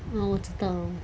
orh 我知道